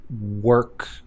work